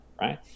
right